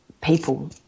people